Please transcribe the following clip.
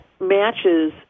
matches